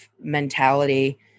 mentality